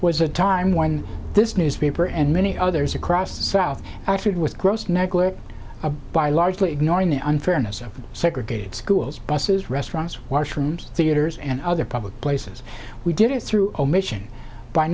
was a time when this newspaper and many others across the south are treated with gross negligence by largely ignoring the unfairness of segregated schools buses restaurants washrooms theaters and other public places we did it through omission by